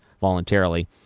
voluntarily